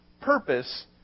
purpose